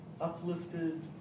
uplifted